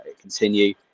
continue